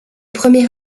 premier